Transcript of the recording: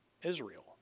Israel